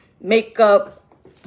makeup